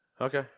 Okay